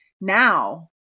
Now